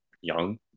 young